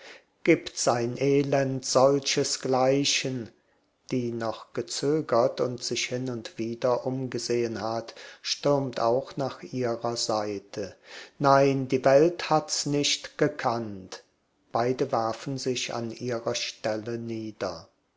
gibt's ein elend solchesgleichen die noch gezögert und sich hin und wieder umgesehen hat stürmt auch nach ihrer seite nein die welt hat's nicht gekannt beide werfen sich an ihrer stelle nieder